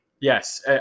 Yes